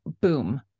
boom